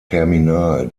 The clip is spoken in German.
terminal